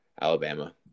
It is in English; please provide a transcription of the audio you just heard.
Alabama